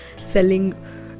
selling